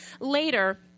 later